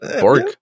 Borg